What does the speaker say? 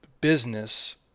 business